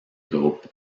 groupe